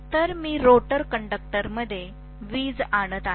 तर मी रोटर कंडक्टरमध्ये वीज आणत आहे